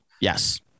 Yes